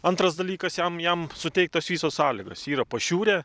antras dalykas jam jam suteiktos visos sąlygos yra pašiūrė